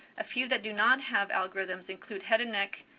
a few that do not have algorithms include head and neck,